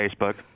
Facebook